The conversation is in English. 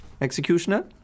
Executioner